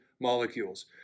molecules